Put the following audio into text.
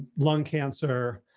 lung cancer,